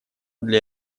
для